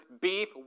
Beef